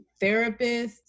therapists